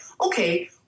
okay